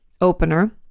opener